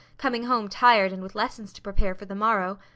coming home tired and with lessons to prepare for the morrow,